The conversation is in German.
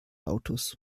autos